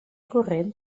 corrent